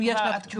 האם יש לך תשובה?